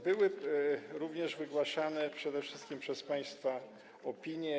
Były również wygłaszane przede wszystkim przez państwa opinie.